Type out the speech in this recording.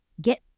get